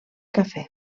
cafè